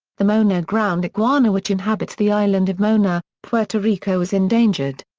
the mona ground iguana which inhabits the island of mona, puerto rico is endangered.